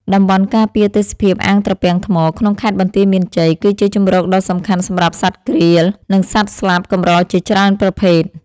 តំបន់ការពារទេសភាពអាងត្រពាំងថ្ម ក្នុងខេត្តបន្ទាយមានជ័យ គឺជាជម្រកដ៏សំខាន់សម្រាប់សត្វក្រៀល និងសត្វស្លាបកម្រជាច្រើនប្រភេទ។